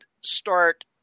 start